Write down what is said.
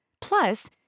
Plus